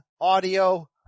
audio